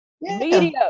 Media